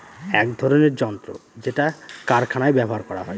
এক ধরনের যন্ত্র যেটা কারখানায় ব্যবহার করা হয়